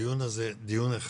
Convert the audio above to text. הדיון הזה הוא הכרחי,